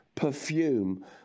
perfume